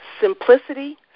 Simplicity